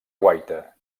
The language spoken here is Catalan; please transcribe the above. guaita